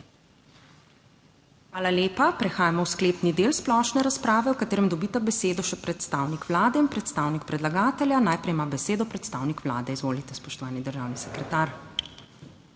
Hvala. Prehajamo v sklepni del splošne razprave, v katerem dobita besedo še predstavnik Vlade in predstavnik predlagatelja. Najprej ima besedo predstavnik Vlade, če želi. Gospod Dan Juvan, državni sekretar,